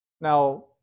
Now